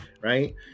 right